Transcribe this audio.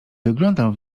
wyglądam